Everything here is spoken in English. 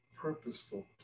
purposeful